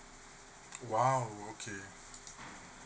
!wow! okay